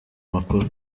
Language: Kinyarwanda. makuru